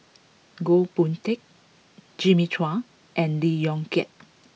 Goh Boon Teck Jimmy Chua and Lee Yong Kiat